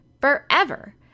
forever